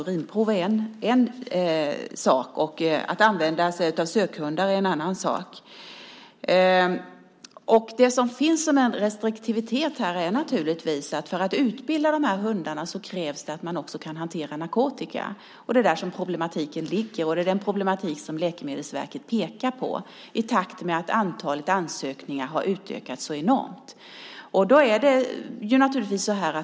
Urinprov är en; sökhundar är en annan. En restriktion är att det för att utbilda dessa hundar krävs att man kan också hantera narkotika. Det är där problematiken ligger, och det är också den problematiken Läkemedelsverket pekar på när nu antalet ansökningar har utökats så enormt.